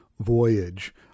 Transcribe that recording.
voyage